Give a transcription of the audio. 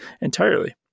entirely